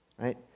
Right